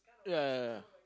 ya ya ya